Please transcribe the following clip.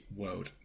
world